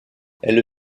elle